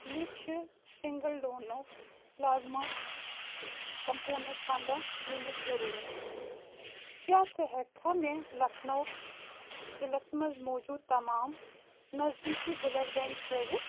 مےٚ چھِ single donor plasma component پنٛداہ یوٗنِٹ ضٔروٗرت کیٛاہ ژٕ ہیٚککھا مےٚ لَکھنَو ضِلعس مَنٛز موجوٗد تمام نزدیٖکی بٕلڈ بٮ۪نٛک ہٲوِتھ